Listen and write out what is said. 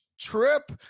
trip